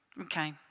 Okay